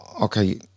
okay